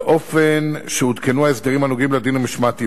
באופן שעודכנו ההסדרים הנוגעים לדין המשמעתי.